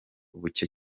buke